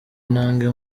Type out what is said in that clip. intambwe